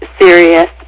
serious